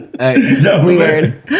weird